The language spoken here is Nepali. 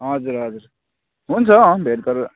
हजुर हजुर हुन्छ अँ भेट गरेर